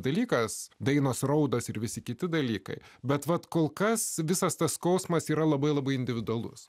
dalykas dainos raudos ir visi kiti dalykai bet vat kol kas visas tas skausmas yra labai labai individualus